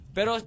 Pero